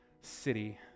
city